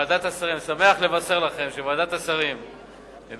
אני שמח לבשר לכם שוועדת השרים לענייני חקיקה,